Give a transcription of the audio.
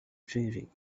dreary